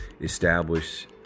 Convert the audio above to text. establish